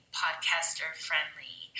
podcaster-friendly